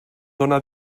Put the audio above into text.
donar